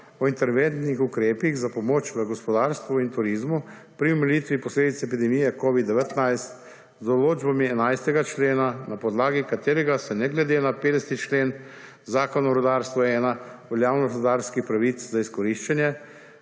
o interventnih ukrepih za pomoč v gospodarstvu in v turizmu pri omilitvi posledice epidemije Covid-19 z določbami 11. člena na podlagi katerega se ne glede na 50. člen Zakona o rudarstvu 1 veljavnost rudarskih pravic za izkoriščanje,